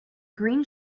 green